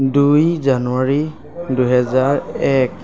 দুই জানুৱাৰী দুহেজাৰ এক